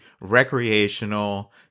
recreational